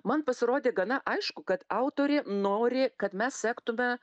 man pasirodė gana aišku kad autorė nori kad mes sektume